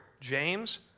James